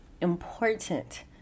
important